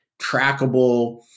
trackable